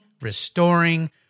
restoring